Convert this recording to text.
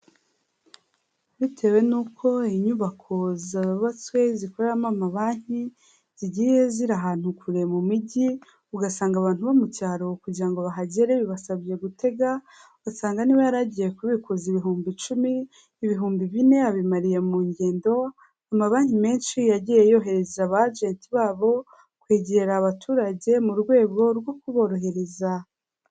Bitewe n'uko inyubako zubatswe zikoreramo amabanki, zigiye ziri ahantu kure mu mijyi, ugasanga abantu bo mu cyaro kugira ngo bahagere bibasabye gutega, ugasanga niba yaragiye kubikuza ibihumbi icumi, ibihumbi bine abimariye mu ngendo, amabanki menshi yagiye yohereza bajete babo kwegera abaturage, mu rwego rwo kuborohereza.